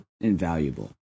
Invaluable